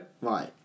right